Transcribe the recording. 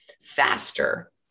faster